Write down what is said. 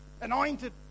Anointed